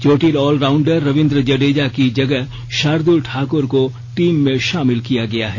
चोटिल ऑलराउंडर रविन्द्र जडेजा की जगह शार्दल ठाकुर को टीम में शामिल किया गया है